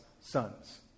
sons